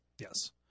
Yes